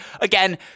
again